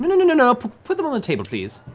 um no, and no, no. put them on the table, please.